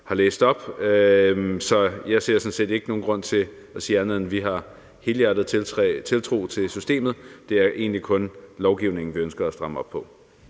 har læst op, så jeg ser sådan set ikke nogen grund til at sige andet, end at vi har helhjertet tiltro til systemet, og at det egentlig kun er lovgivningen, vi ønsker at stramme op på.